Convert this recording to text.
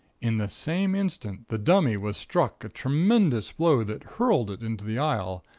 in the same instant, the dummy was struck a tremendous blow that hurled it into the aisle,